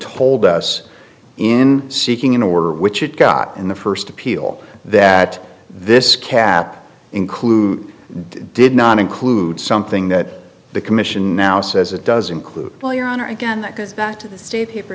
told us in seeking an order which it caught in the first appeal that this cap include did not include something that the commission now says it does include player on or again that goes back to the state paper